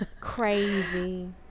Crazy